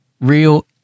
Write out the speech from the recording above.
real